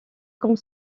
comme